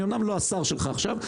אני אמנם לא השר שלך עכשיו,